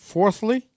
Fourthly